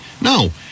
No